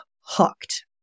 hooked